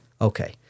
Okay